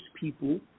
people